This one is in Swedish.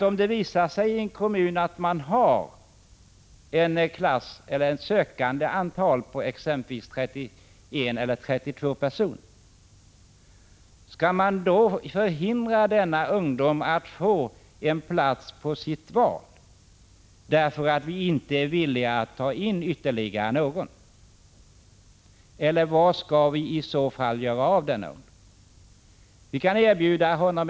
Om det i en kommun visar sig att man har exempelvis 31 eller 32 sökande till en klass, skall man då hindra en eller ett par sökande från att få en plats enligt sitt val, därför att vi inte är villiga att ta in ytterligare någon? Vad skall vi i så fall göra av dessa ungdomar?